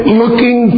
looking